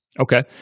Okay